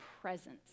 presence